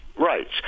rights